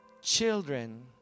children